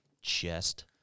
chest